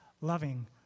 loving